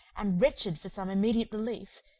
and wretched for some immediate relief,